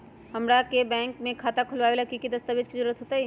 हमरा के बैंक में खाता खोलबाबे ला की की दस्तावेज के जरूरत होतई?